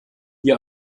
die